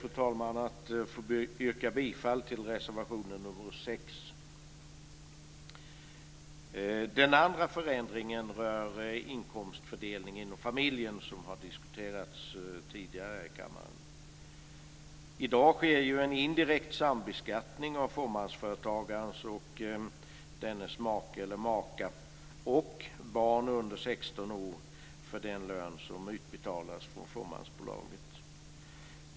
Jag ber att få yrka bifall till reservation nr 6. Den andra förändringen rör inkomstfördelning inom familjen, vilket har diskuterats tidigare här i kammaren. I dag sker en indirekt sambeskattning av fåmansföretagaren och dennes make eller maka och barn under 16 år för den lön som utbetalas från fåmansbolaget.